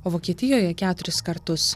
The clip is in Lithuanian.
o vokietijoje keturis kartus